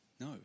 No